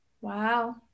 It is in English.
Wow